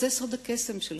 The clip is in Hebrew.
זה סוד הקסם שלך.